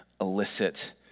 elicit